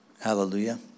Hallelujah